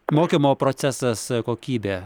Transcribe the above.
mokymo procesas kokybė